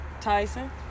Tyson